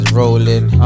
rolling